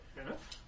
Enough